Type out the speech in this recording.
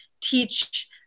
teach